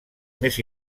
més